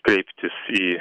kreiptis į